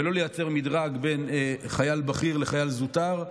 ולא לייצר מדרג בין חייל בכיר לחייל זוטר.